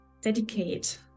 dedicate